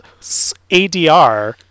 ADR